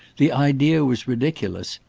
the idea was ridiculous.